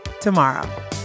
tomorrow